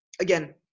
again